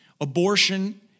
abortion